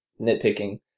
nitpicking